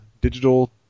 digital